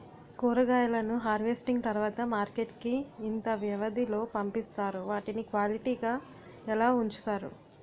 కూరగాయలను హార్వెస్టింగ్ తర్వాత మార్కెట్ కి ఇంత వ్యవది లొ పంపిస్తారు? వాటిని క్వాలిటీ గా ఎలా వుంచుతారు?